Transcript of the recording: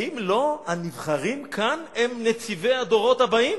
האם לא הנבחרים כאן הם נציבי הדורות הבאים?